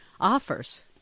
offers